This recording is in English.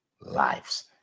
lives